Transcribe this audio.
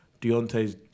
Deontay's